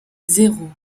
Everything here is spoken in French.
zéro